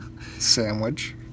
Sandwich